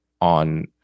on